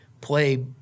play